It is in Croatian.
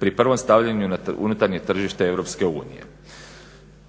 pri prvom stavljanju na unutarnje tržište EU.